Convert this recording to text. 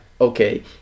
okay